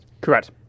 Correct